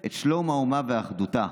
את שלום האומה ואחדותה.